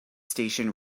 station